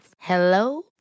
Hello